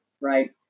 right